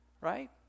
right